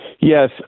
Yes